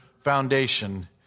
foundation